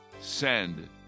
Send